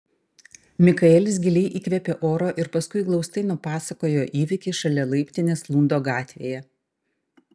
mikaelis giliai įkvėpė oro ir paskui glaustai nupasakojo įvykį šalia laiptinės lundo gatvėje